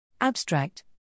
Abstract